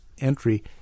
entry